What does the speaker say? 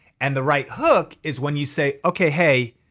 and the right hook is when you say, okay hey,